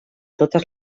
totes